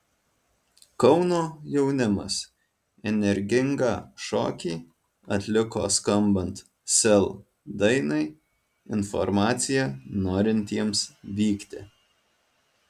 kauno jaunimas energingą šokį atliko skambant sel dainai informacija norintiems vykti